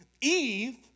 Eve